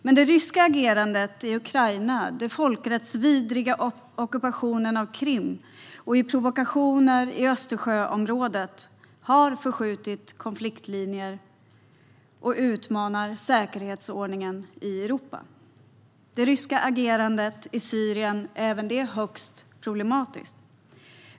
Men det ryska agerandet i Ukraina, den folkrättsvidriga ockupationen av Krim och provokationer i Östersjöområdet har förskjutit konfliktlinjer och utmanar säkerhetsordningen i Europa. Det ryska agerandet i Syrien är även det högst problematiskt.